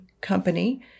company